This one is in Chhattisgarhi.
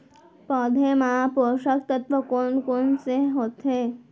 पौधे मा पोसक तत्व कोन कोन से होथे?